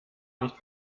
nicht